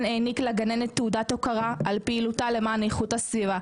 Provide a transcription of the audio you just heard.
העניק לגננת תעודת הוקרה על פעילותה למען איכות הסביבה.